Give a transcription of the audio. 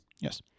Yes